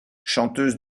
chanteuse